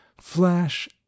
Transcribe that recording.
flash